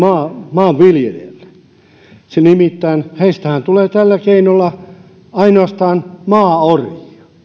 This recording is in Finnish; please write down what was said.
maanviljelijälle nimittäin heistähän tulee tällä keinolla ainoastaan maaorjia